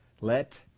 let